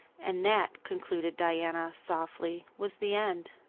and that, concluded diana softly, was the end.